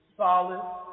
Solid